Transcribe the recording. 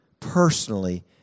personally